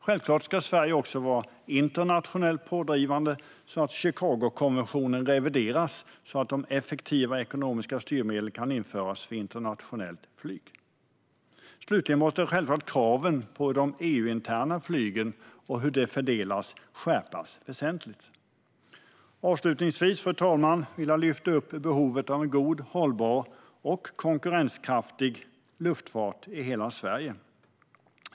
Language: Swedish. Självklart ska Sverige också vara internationellt pådrivande så att Chicagokonventionen revideras och effektiva ekonomiska styrmedel kan införas för internationellt flyg. Slutligen måste självfallet kraven på de EU-interna flygen och hur de fördelas skärpas väsentligt. Avslutningsvis, fru talman, vill jag lyfta upp behovet av en god, hållbar och konkurrenskraftig luftfart i hela Sverige.